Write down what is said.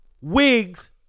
wigs